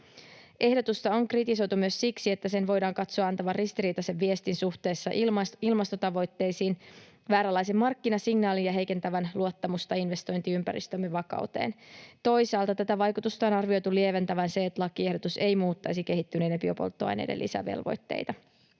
Ehdotusta on kritisoitu myös siksi, että sen voidaan katsoa antavan ristiriitaisen viestin suhteessa ilmastotavoitteisiin ja vääränlaisen markkinasignaalin ja heikentävän luottamusta investointiympäristömme vakauteen. Toisaalta tätä vaikutusta on arvioitu lieventävän se, että lakiehdotus ei muuttaisi kehittyneiden biopolttoaineiden lisävelvoitteita.